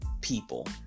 people